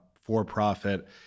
for-profit